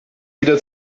wieder